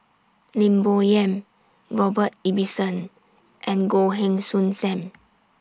Lim Bo Yam Robert Ibbetson and Goh Heng Soon SAM